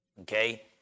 okay